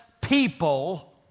people